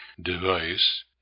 device